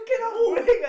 move